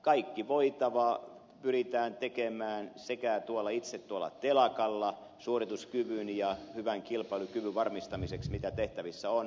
kaikki voitava pyritään tekemään myös itse tuolla telakalla suorituskyvyn ja hyvän kilpailukyvyn varmistamiseksi kaikki se mitä tehtävissä on